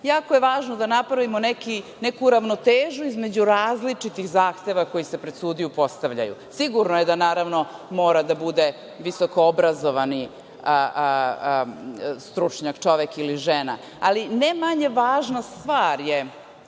jako je važno da napravimo neku ravnotežu između različitih zahteva koji se pred sudiju postavljaju. Sigurno je da, naravno, mora da bude visokoobrazovani stručnjak čovek ili žena, ali ne manje važna stvar je,